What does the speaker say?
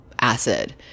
acid